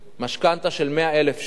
משכנתה של 100,000 שקל